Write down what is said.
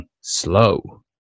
slow